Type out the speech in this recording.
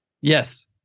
Yes